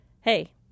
hey